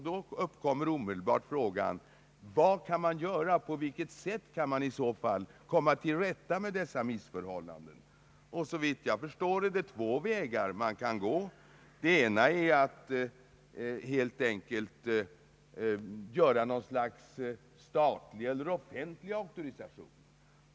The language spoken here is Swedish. Då uppkom omedelbart frågan vad man kan göra och på vilket sätt man i så fall kan komma till rätta med rådande missförhållanden. Såvitt jag förstår finns det två vägar att gå. Den ena är att helt enkelt införa något slags statlig eller offentlig auktorisation.